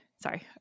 sorry